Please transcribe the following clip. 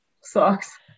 sucks